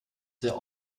sehr